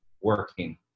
working